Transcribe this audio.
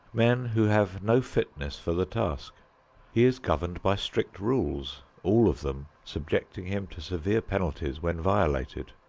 men who have no fitness for the task he is governed by strict rules, all of them subjecting him to severe penalties when violated.